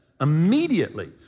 Immediately